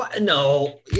No